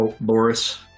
Boris